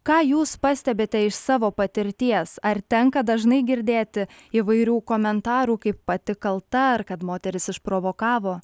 ką jūs pastebite iš savo patirties ar tenka dažnai girdėti įvairių komentarų kaip pati kalta kad moteris išprovokavo